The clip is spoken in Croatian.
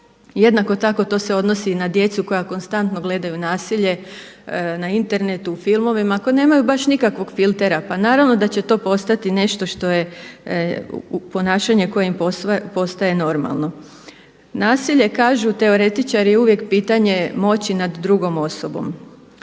Jednako tako to se odnosi i na djecu koja konstantno gledaju nasilje na internetu, u filmovima. Ako nemaju baš nikakvog filtera, pa naravno da će to postati nešto što je ponašanje koje im postaje normalno. Nasilje kažu teoretičari uvijek pitanje moći nad drugom osobom